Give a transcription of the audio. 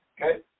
Okay